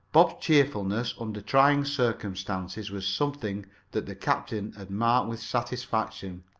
bob's cheerfulness under trying circumstances was something that the captain had marked with satisfaction.